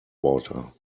water